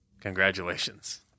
congratulations